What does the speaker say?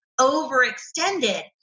overextended